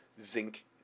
zinc